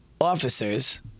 officers